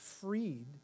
freed